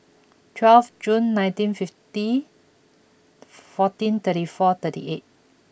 twelve June nineteen fifty fourteen thirty four thirty eight